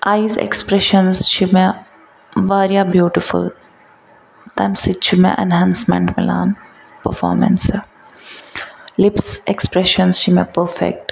eyes expressions چھِ مےٚ واریاہ بیوٗٹِفُل تَمہِ سۭتۍ چھِ مےٚ ایٚنہانسمٮ۪نٛٹ مِلان پٔرفامنسہٕ لِپٕس ایٚکسپریٚشنٕز چھِ مےٚ پرفیٚکٹ